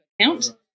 account